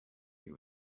you